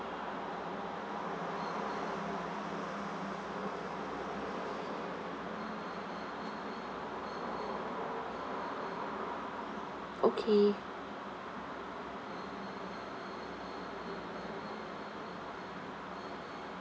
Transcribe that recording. okay